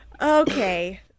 Okay